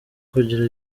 kugira